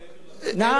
נכון.